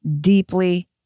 deeply